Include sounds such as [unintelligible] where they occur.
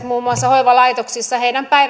[unintelligible] muun muassa hoivalaitoksissa